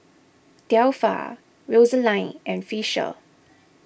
Delpha Rosaline and Fisher